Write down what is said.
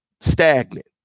Stagnant